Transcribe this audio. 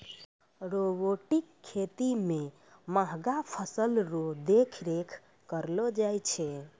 robotic खेती मे महंगा फसल रो देख रेख करलो जाय छै